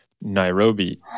Nairobi